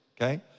Okay